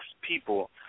people